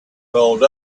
rolled